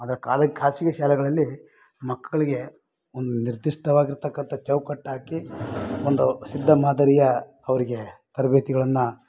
ಆದರೆ ಕಾಳಿಗೆ ಖಾಸಗಿ ಶಾಲೆಗಳಲ್ಲಿ ಮಕ್ಕಳಿಗೆ ಒಂದು ನಿರ್ದಿಷ್ಟವಾಗಿರ್ತಕ್ಕಂಥ ಚೌಕಟ್ಟಾಕಿ ಒಂದು ಸಿದ್ದ ಮಾದರಿಯ ಅವರಿಗೆ ತರಬೇತಿಗಳನ್ನು